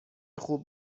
خوب